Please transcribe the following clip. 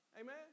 Amen